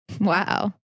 Wow